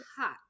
hot